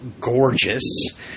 gorgeous